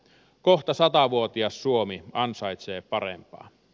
kohta satavuotias suomi ansaitsee parempaa